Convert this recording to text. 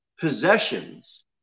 Possessions